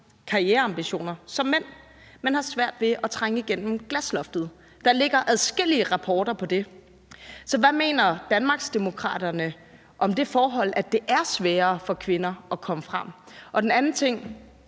karriereambitioner som mænd, men har svært ved at trænge igennem glasloftet. Der ligger adskillige rapporter om det. Så hvad mener Danmarksdemokraterne om det forhold, at det er sværere for kvinder at komme frem? For det andet vil